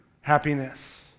happiness